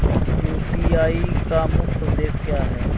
UPI का मुख्य उद्देश्य क्या है?